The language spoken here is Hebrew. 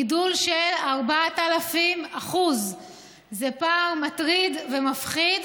גידול של 4,000%. זה פער מטריד ומפחיד.